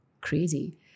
crazy